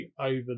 over